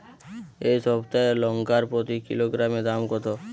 এই সপ্তাহের লঙ্কার প্রতি কিলোগ্রামে দাম কত?